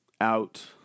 out